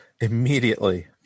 Immediately